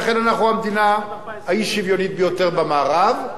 לכן אנחנו המדינה האי-שוויונית ביותר במערב.